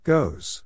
Goes